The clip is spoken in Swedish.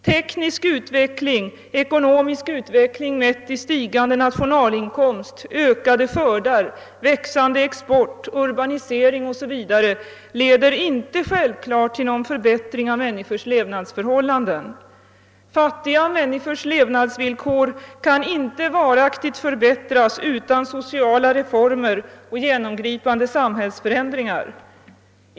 Teknisk utveckling, ekonomisk utveckling, mätt i stigande nationalinkomst, ökade skördar, växande export, urbanisering o. s. v. leder inte självklart till någon förbättring av människors levnadsförhållanden. Fattiga människors levnadsvillkor kan inte varaktigt förbättras utan sociala reformer och genomgripande samhällsförändringar.